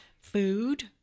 food